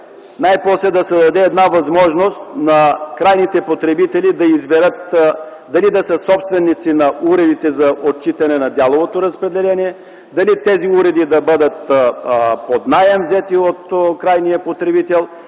Най-после се дава една възможност на крайните потребители да избират дали да са собственици на уредите за отчитане на дяловото разпределение, дали тези уреди да бъдат взети под наем от крайния потребител